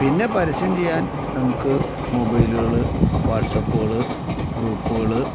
പിന്നെ പരസ്യം ചെയ്യാൻ നമുക്ക് മൊബൈലുകൾ വാട്സപ്പുകൾ ഗ്രൂപ്പുകൾ